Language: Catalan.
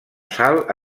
sal